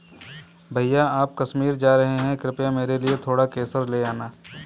भैया आप कश्मीर जा रहे हैं कृपया मेरे लिए थोड़ा केसर ले आना